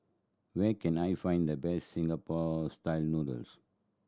where can I find the best Singapore Style Noodles